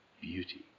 beauty